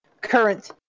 current